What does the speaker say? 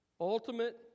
Ultimate